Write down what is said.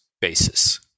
basis